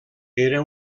era